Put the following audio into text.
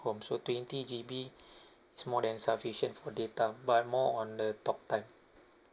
home so twenty G_B is more than sufficient for data but more on the talk time